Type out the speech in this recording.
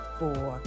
four